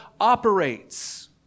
operates